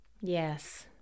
yes